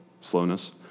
slowness